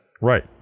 Right